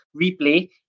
replay